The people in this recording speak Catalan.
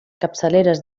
capçaleres